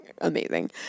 Amazing